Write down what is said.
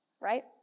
right